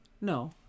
No